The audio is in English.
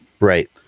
Right